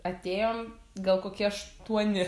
atėjom gal kokie aštuoni